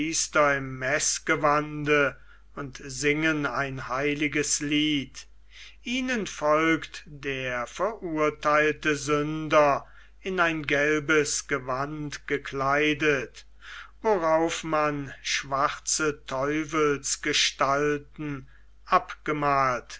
im meßgewande und singen ein heiliges lied ihnen folgt der verurtheilte sünder in ein gelbes gewand gekleidet worauf man schwarze teufelsgestalten abgemalt